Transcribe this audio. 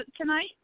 tonight